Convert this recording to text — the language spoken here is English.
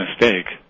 mistake